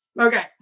Okay